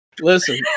Listen